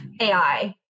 AI